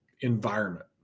environment